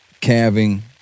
calving